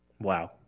Wow